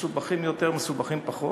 מסובכים יותר, מסובכים פחות,